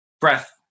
breath